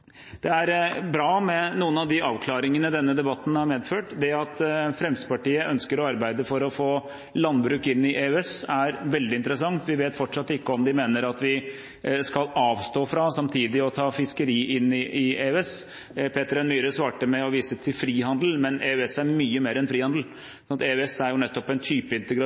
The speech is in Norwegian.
Det er bra med noen av de avklaringene denne debatten har medført. Det at Fremskrittspartiet ønsker å arbeide for å få landbruk inn i EØS, er veldig interessant. Vi vet fortsatt ikke om de mener at vi skal avstå fra samtidig å ta fiskeri inn i EØS. Peter N. Myhre svarte med å vise til frihandel, men EØS er mye mer enn frihandel. EØS er nettopp en type